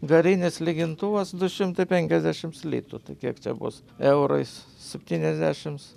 garinis lygintuvas du šimtai penkiasdešimt litų tai kiek čia bus eurais septyniasdešims